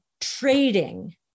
trading